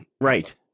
Right